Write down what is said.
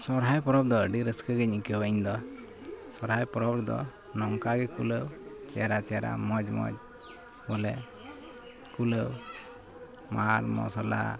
ᱥᱚᱦᱚᱨᱟᱭ ᱯᱚᱨᱚᱵᱽᱫᱚ ᱟᱹᱰᱤ ᱨᱟᱹᱥᱠᱟᱹᱜᱮᱧ ᱟᱹᱭᱠᱟᱹᱣᱟ ᱤᱧᱫᱚ ᱥᱚᱦᱚᱨᱟᱭ ᱯᱚᱨᱚᱵᱽ ᱨᱮᱫᱚ ᱱᱚᱝᱠᱟᱜᱮ ᱠᱩᱞᱟᱹᱣ ᱪᱮᱦᱨᱟ ᱪᱮᱦᱨᱟ ᱢᱚᱡᱽ ᱢᱚᱡᱽ ᱵᱚᱞᱮ ᱠᱩᱞᱟᱹᱣ ᱢᱟᱞ ᱢᱚᱥᱞᱟ